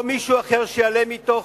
או מישהו אחר שיעלה מתוך